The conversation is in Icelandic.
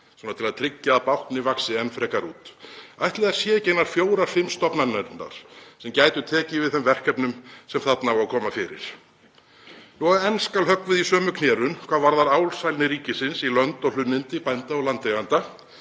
til að tryggja að báknið vaxi enn frekar. Ætli þær séu ekki einar fjórar, fimm stofnanirnar sem gætu tekið við þeim verkefnum sem þarna á að koma fyrir? Og enn skal höggvið í sama knérunn hvað varðar ásælni ríkisins í lönd og hlunnindi bænda og landeigenda